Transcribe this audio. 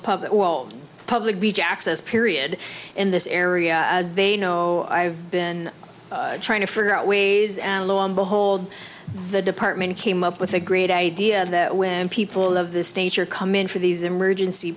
well public beach access period in this area as they know i've been trying to figure out ways and lo and behold the department came up with a great idea that when people all of this nature come in for these emergency